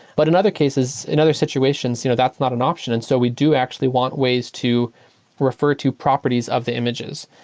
but in other cases, in other situations, you know that's not an option. and so we do actually want ways to refer to properties of the images,